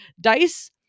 Dice